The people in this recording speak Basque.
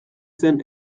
zen